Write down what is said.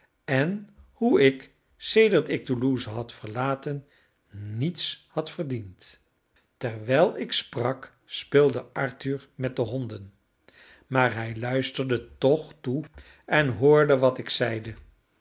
en hoe ik sedert ik toulouse had verlaten niets had verdiend terwijl ik sprak speelde arthur met de honden maar hij luisterde toch toe en hoorde wat ik zeide